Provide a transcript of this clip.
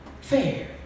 Fair